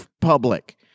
public